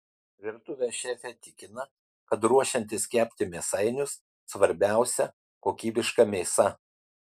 virtuvės šefė tikina kad ruošiantis kepti mėsainius svarbiausia kokybiška mėsa